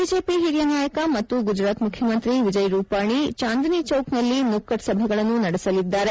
BJP ಹಿರಿಯ ನಾಯಕ ಮತ್ತು ಗುಜರಾತ್ ಮುಖ್ಯಮಂತ್ರಿ ವಿಜಯ್ ರೂಪಾಣಿ ಚಾಂದಿನಿ ಚೌಕ್ನಲ್ಲಿ ನುಕ್ಕದ್ ಸಭೆಗಳನ್ನು ನಡೆಸಲಿದ್ದಾರೆ